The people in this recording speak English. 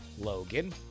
Logan